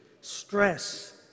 stress